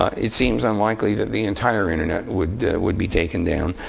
it seems unlikely that the entire internet would would be taken down.